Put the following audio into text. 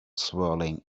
swirling